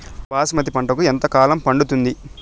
బాస్మతి పంటకు ఎంత కాలం పడుతుంది?